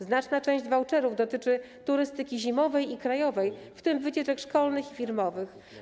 Znaczna część voucherów dotyczy turystyki zimowej i krajowej, w tym wycieczek szkolnych i firmowych.